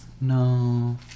No